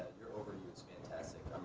your overview is fantastic.